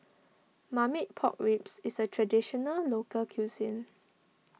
Marmite Pork Ribs is a Traditional Local Cuisine